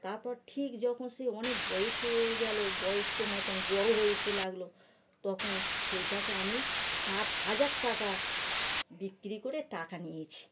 তারপর ঠিক যখন সে অনেক বয়স হয়ে গেলো বয়স্ক মতন বড় হয়ে যেতে লাগল তখন সেইটাকে আমি সাত হাজার টাকা বিক্রি করে টাকা নিয়েছি